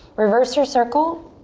reverse your circle.